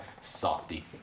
Softy